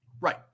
Right